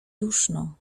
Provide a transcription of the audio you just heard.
duszno